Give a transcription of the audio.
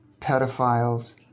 pedophiles